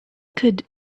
could